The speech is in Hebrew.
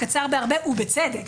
קצר בהרבה ובצדק,